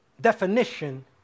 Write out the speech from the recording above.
definition